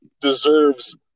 deserves